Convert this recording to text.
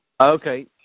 Okay